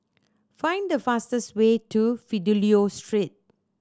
find the fastest way to Fidelio Street